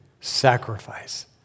sacrifice